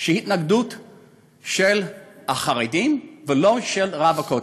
של התנגדות של החרדים, ולא של רב הכותל.